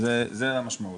זו המשמעות,